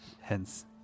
Hence